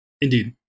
Indeed